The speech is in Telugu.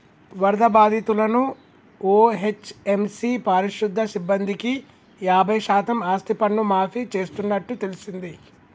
వరద బాధితులను ఓ.హెచ్.ఎం.సి పారిశుద్య సిబ్బందికి యాబై శాతం ఆస్తిపన్ను మాఫీ చేస్తున్నట్టు తెల్సింది